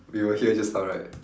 we were here just now right